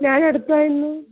ഞാൻ എടത്തുവായിൽ നിന്ന്